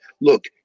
look